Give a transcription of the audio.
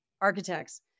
architects